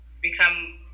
become